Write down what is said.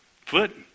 foot